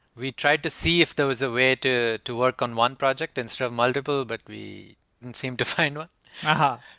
we tried to see if there was a way to to work on one project instead of multiple, but we didn't seem to find one. and